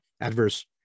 adverse